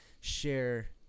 share